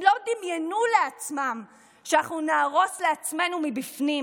הם לא דמיינו לעצמם שאנחנו נהרוס לעצמנו מבפנים,